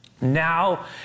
Now